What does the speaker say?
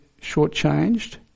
shortchanged